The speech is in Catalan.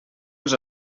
els